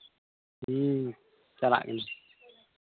ᱦᱩᱸ ᱪᱟᱞᱟᱜ ᱠᱟᱹᱱᱟᱹᱧ